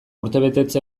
urtebetetze